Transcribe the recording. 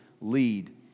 lead